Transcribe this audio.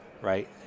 right